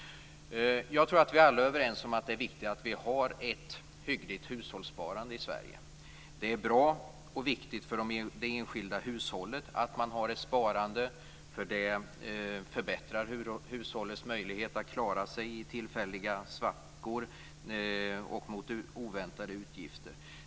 Jag tror att vi alla är överens om att det är viktigt att vi har ett hyggligt hushållssparande i Sverige. Det är bra viktigt för det enskilda hushållet att man har ett sparande för det förbättrar hushållens möjligheter att klara sig i tillfälliga svackor och vid oväntade utgifter.